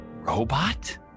robot